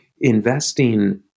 investing